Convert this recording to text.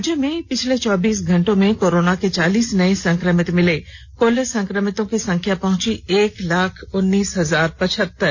राज्य में पिछले चौबीस घंटों में कोरोना के चालीस नए संक्रमित मिले कुल संक्रमितों संख्या पहुंची न् एक लाख उन्नीस हजार पचहतर